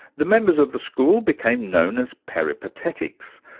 the members of the school became known as peripatetics,